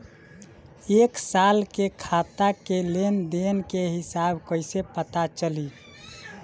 एक साल के खाता के लेन देन के हिसाब कइसे पता चली?